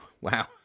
Wow